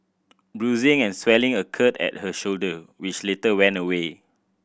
bruising and swelling occurred at her shoulder which later went away